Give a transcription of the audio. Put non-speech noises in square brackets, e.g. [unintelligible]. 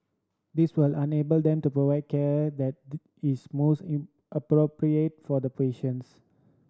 this will enable them to provide care that [unintelligible] is most in appropriate for the patients